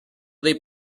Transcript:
dei